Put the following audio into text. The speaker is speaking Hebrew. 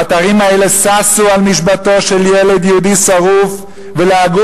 באתרים האלה ששו על נשמתו של ילד יהודי שרוף ולעגו